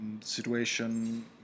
situation